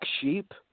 Sheep